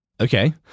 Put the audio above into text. Okay